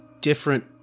different